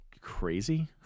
crazy